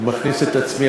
אני מכניס את עצמי,